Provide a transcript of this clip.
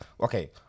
okay